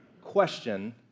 question